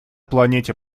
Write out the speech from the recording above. планете